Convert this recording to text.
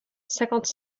cinquante